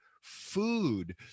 food